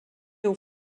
aux